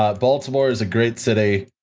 ah baltimore is a great city,